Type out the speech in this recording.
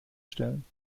stellen